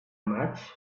march